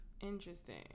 Interesting